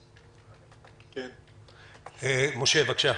משה, בקשה.